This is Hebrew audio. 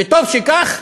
וטוב שכך,